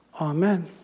Amen